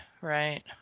Right